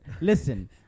listen